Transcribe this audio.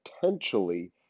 potentially